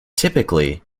typically